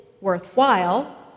worthwhile